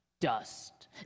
Dust